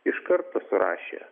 iš karto pasirašė